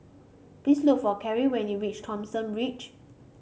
please look for Cary when you reach Thomson Ridge